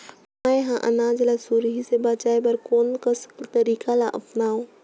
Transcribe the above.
मैं ह अनाज ला सुरही से बचाये बर कोन कस तरीका ला अपनाव?